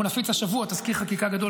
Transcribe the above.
אנחנו נפיץ השבוע תזכיר חקיקה גדול